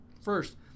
First